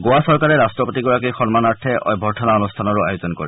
গোৱা চৰকাৰে ৰট্টপতি গৰাকীৰ সন্মানাৰ্থে অভাৰ্থনা অনুষ্ঠানৰ আয়োজন কৰে